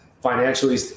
financially